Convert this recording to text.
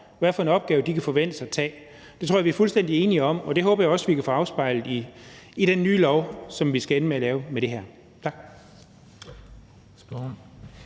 hvilken opgave de kan forventes at påtage sig. Det tror jeg vi er fuldstændig enige om, og det håber jeg også vi kan få afspejlet i den nye lov, som vi skal ende med at lave med det her. Tak.